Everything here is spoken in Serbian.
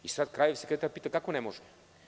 Sad kraljev sekretar pita – kako ne može?